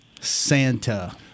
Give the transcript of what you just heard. santa